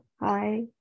hi